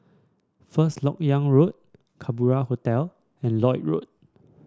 First LoK Yang Road Kerbau Hotel and Lloyd Road